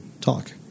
talk